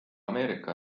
ameerika